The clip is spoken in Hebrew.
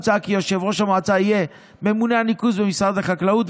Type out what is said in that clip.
מוצע כי יושב-ראש המועצה יהיה ממונה הניקוז במשרד החקלאות,